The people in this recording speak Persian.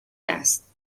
است